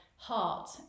heart